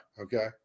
Okay